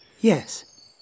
Yes